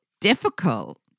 difficult